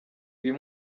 uyu